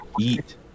eat